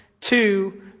Two